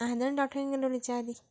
എന്തെങ്കിലും ടൌട്ട് ഉണ്ടെങ്കിൽ വിളിച്ചാൽ മതി